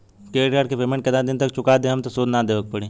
Credit card के payment केतना दिन तक चुका देहम त सूद ना देवे के पड़ी?